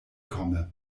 komme